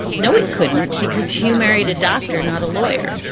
no, it couldn't because hugh married a doctor, not a lawyer.